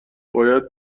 باید